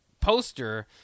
poster